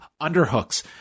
underhooks